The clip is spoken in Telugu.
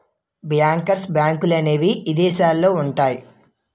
బ్యాంకర్స్ బ్యాంకులనేవి ఇదేశాలల్లో ఉంటయ్యి